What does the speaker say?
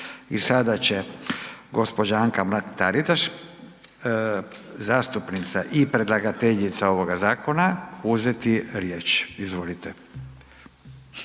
I sada će gospođa Anka Mrak Taritaš zastupnica i predlagateljica ovoga zakona uzeti riječ. Izvolite.